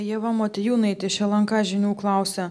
ieva motiejūnaitė iš lnk žinių klausia